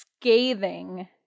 scathing